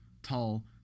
Tall